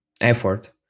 effort